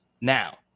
Now